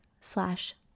slash